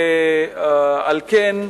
ועל כן,